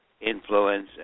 influence